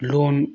ꯂꯣꯟ